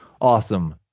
awesome